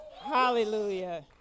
Hallelujah